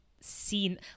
seen